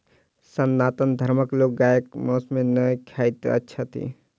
सनातन धर्मक लोक गायक मौस नै खाइत छथि